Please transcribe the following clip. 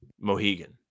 Mohegan